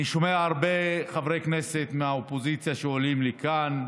אני שומע הרבה חברי כנסת מהאופוזיציה שעולים לכאן,